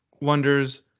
wonders